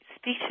Speak